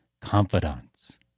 confidants